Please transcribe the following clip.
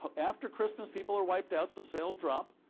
ah after christmas people are wiped out, so sales drop.